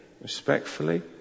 respectfully